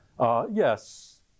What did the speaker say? Yes